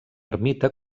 ermita